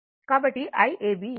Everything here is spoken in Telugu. కాబట్టి Iab ఇది 4